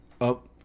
up